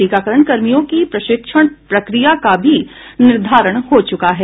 टीकाकरण कर्मियों की प्रशिक्षण प्रक्रिया का भी निर्धारण हो चुका है